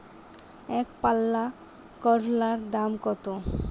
একপাল্লা করলার দাম কত?